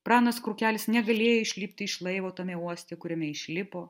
pranas krukelis negalėjo išlipti iš laivo tame uoste kuriame išlipo